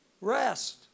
Rest